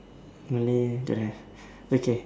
Malay don't have okay